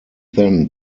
then